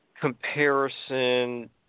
comparison